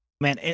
Man